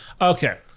Okay